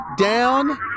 down